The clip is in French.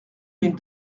mille